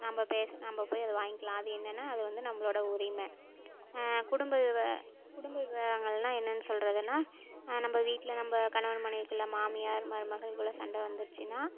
நம்ம பேசி நம்ம போய் அதை வாய்ங்கலாம் அது என்னன்னால் அது வந்து நம்மளோட உரிமை குடும்ப குடும்ப விவகாரங்கள்ன்னால் என்னன்னு சொல்கிறதுன்னா நம்ம வீட்டில் நம்ம கணவன் மனைவிக்குள்ள மாமியார் மருமகள்குள்ள சண்டை வந்துருச்சின்னால்